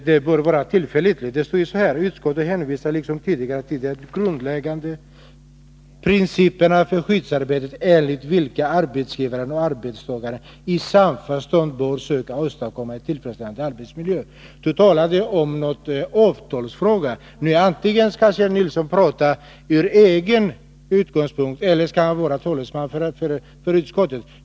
Det framhålls där att utskottet liksom tidigare hänvisar till att den grundläggande principen för skyddsarbetet måste vara att arbetsgivare och arbetstagare i samförstånd försöker åstadkomma en tillfredsställande arbetssituation. Kjell Nilsson talade om avtalsfrågorna. Han bör här framträda som en talesman antingen för en egen uppfattning eller för utskottets.